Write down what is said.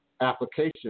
application